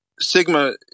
Sigma